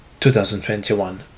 2021